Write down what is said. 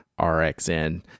RXN